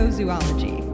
Zoology